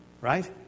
Right